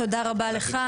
תודה רבה לך,